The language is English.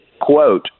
quote